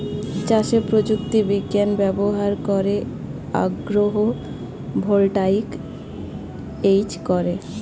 চাষে প্রযুক্তি বিজ্ঞান ব্যবহার করে আগ্রো ভোল্টাইক ইউজ করে